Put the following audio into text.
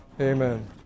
Amen